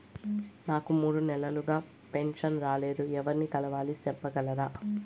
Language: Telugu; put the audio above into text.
నాకు మూడు నెలలుగా పెన్షన్ రాలేదు ఎవర్ని కలవాలి సెప్పగలరా?